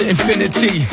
Infinity